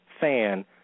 fan